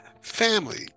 Family